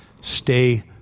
Stay